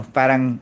parang